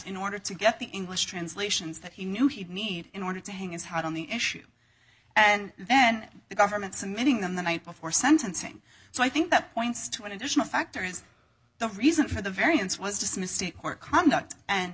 in order to get the english translations that he knew he'd need in order to hang his hat on the issue and then the government submitting them the night before sentencing so i think that points to an additional factor is the reason for the variance was just a mistake or conduct and